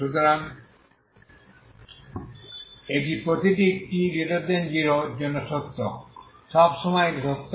সুতরাং এটি প্রতিটি t0এর জন্য সত্য সব সময় এটি সত্য